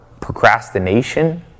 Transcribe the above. procrastination